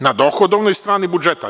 Na dohodovnoj strani budžeta?